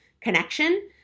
connection